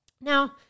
now